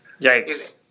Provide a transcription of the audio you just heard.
yikes